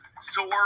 Soar